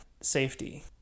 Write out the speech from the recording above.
safety